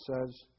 says